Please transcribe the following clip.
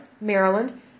Maryland